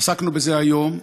עסקנו בזה היום.